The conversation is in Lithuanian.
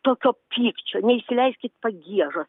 tokio pykčio neįsileiskit pagiežos